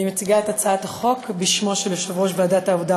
אני מציגה את הצעת החוק בשמו של יושב-ראש ועדת העבודה,